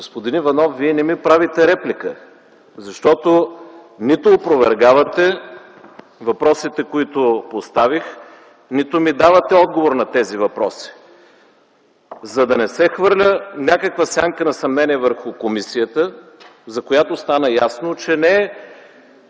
Господин Иванов, Вие не ми правите реплика, защото нито опровергавате въпросите, които поставих, нито ми давате отговор на тези въпроси. За да не се хвърля някаква сянка на съмнение върху комисията, за която стана ясно, че не е